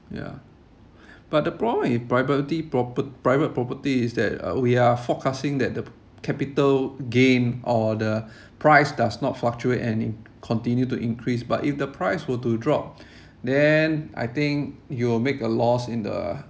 ya but the problem with private property is that uh we are forecasting that the capital gain or the price does not fluctuate and it continue to increase but if the price were to drop then I think you will make a loss in the